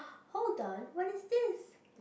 hold on what is this